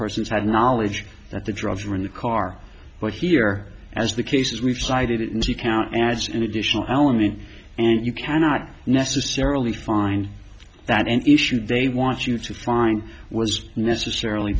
persons had knowledge that the drugs were in the car but here as the cases we've cited it into account as an additional alamy and you cannot necessarily find that an issue they want you to find was necessarily